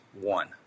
one